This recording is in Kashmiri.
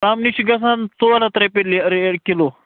ژامنہِ چھِ گَژھان ژور ہتھ رۄپیہِ کِلو